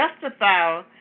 justify